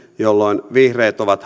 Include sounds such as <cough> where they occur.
jolloin vihreät ovat <unintelligible>